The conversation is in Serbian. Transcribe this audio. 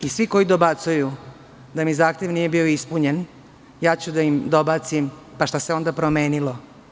I svi koji dobacuju da mi zahtev nije bio ispunjen, ja ću da im dobacim – pa šta se onda promenilo?